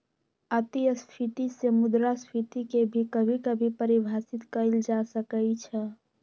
अतिस्फीती से मुद्रास्फीती के भी कभी कभी परिभाषित कइल जा सकई छ